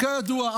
כידוע,